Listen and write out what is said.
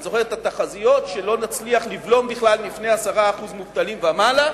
אני זוכר את התחזיות שלא נצליח לבלום בכלל לפני 10% מובטלים ומעלה,